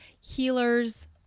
healers